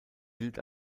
gilt